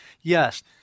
yes